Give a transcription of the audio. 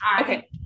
okay